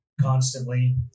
constantly